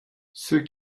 ceux